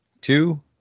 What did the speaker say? two